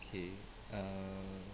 okay err